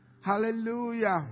Hallelujah